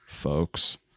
folks